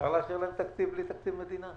אפשר לאשר להם תקציב בלי שיש תקציב מדינה?